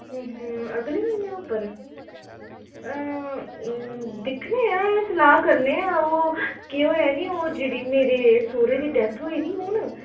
अगले म्हीनै उप्पर दिक्खने आं सलाह् करने आं ओह् केह् होएआ निं ओह् जेह्ड़े मेरे सोह्रै दी डेथ होई दी हून